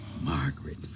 Margaret